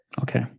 Okay